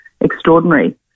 extraordinary